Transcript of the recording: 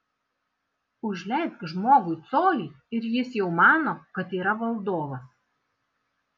užleisk žmogui colį ir jis jau mano kad yra valdovas